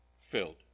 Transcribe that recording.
Filled